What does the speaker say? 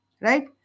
Right